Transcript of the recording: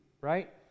right